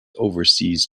overseas